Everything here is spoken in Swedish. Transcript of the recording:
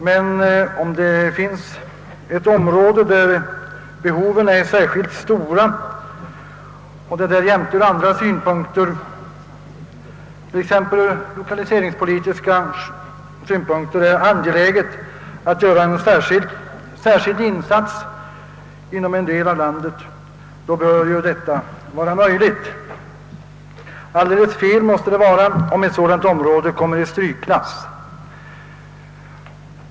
Men om behoven inom ett område är särskilt stora och det därjämte från andra synpunkter, t.ex. lokaliseringspolitiskt, är angeläget att göra en särskild insats inom en sådan del av landet, bör det vara möjligt att bevilja speciella anslag. Alldeles fel måste det vara om ett sådant område kommer i strykklass.